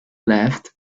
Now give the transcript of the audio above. left